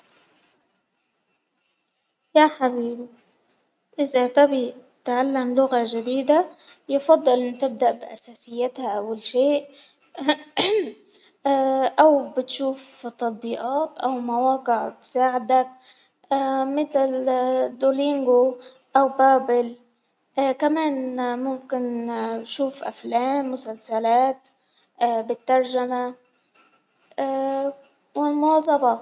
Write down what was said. يا حبيبي إذا تغبي تعلم لغة جديدة، يفضل أن تبدأ بأساسياتها أول شيء، أو بتشوف تطبيقات أو مواقع بتساعدك، مثل دولينجو، أو باب كمان ممكن نشوف أفلام مسلسلات مترجمة والمواظبة.